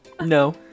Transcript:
No